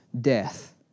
death